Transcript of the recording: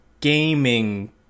gaming